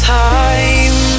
time